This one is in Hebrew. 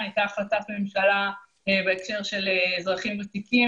הייתה החלטת ממשלה בהקשר של אזרחים ותיקים